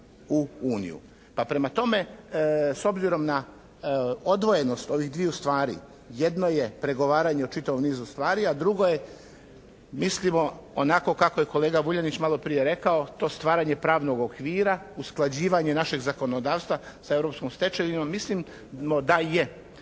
Pa prema tome, s obzirom na odvojenost ovih dviju stvari, jedno je pregovaranje o čitavom nizu stvari, a drugo je mislimo onako kako je kolega Vuljanić maloprije rekao to stvaranje pravnog okvira, usklađivanje našeg zakonodavstva sa europskom stečevinom. Mislimo da je